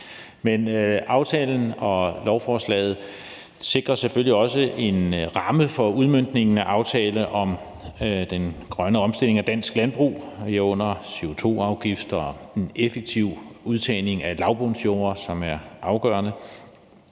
Aftalen og lovforslaget sikrer selvfølgelig også en ramme for udmøntningen af aftale om den grønne omstilling af dansk landbrug, herunder CO2-afgifter, effektiv udtagning af lavbundsjorder, hvilket er afgørende.